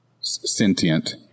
Sentient